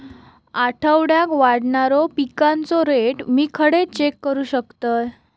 आठवड्याक वाढणारो पिकांचो रेट मी खडे चेक करू शकतय?